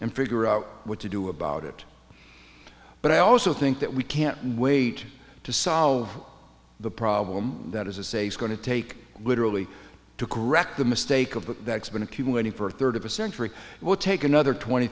and figure out what to do about it but i also think that we can't wait to solve the problem that is a safe going to take literally to correct the mistake of but that's been accumulating for a third of a century we'll take another twenty